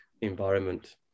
environment